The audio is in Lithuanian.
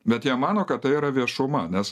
bet jie mano kad tai yra viešuma nes